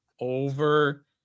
over